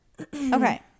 Okay